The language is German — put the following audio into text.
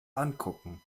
ankucken